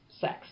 sex